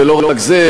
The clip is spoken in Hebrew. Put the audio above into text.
ולא רק זה,